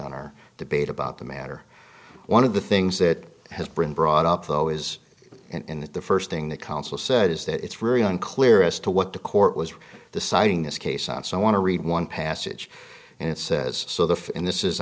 on our debate about the matter one of the things that has been brought up though is in the st thing that counsel said is that it's really unclear as to what the court was deciding this case and so i want to read one passage and it says so the in this is